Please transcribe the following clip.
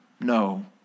No